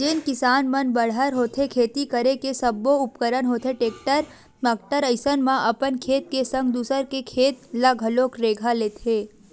जेन किसान मन बड़हर होथे खेती करे के सब्बो उपकरन होथे टेक्टर माक्टर अइसन म अपन खेत के संग दूसर के खेत ल घलोक रेगहा लेथे